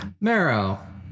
marrow